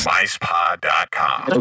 MicePod.com